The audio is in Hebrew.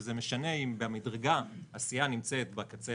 וזה משנה אם במדרגה הסיעה נמצאת בקצה